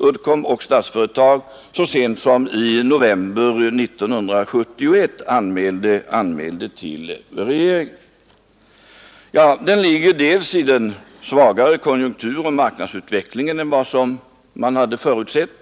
Uddcomb och Statsföretag så sent som i november 1971 anmälde till regeringen? Förklaringen ligger delvis i en svagare konjunkturoch marknadsutveckling än vad som tidigare förutsetts.